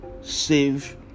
save